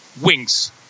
wings